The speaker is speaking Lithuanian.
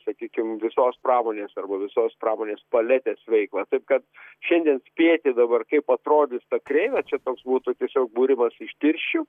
sakykim visos pramonės arba visos pramonės paletės veiklą taip kad šiandien spėti dabar kaip atrodys ta kreivė čia koks būtų tiesiog būrimas iš tirščių